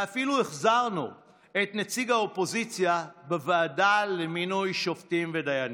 ואפילו החזרנו את נציג האופוזיציה בוועדה למינוי שופטים ודיינים.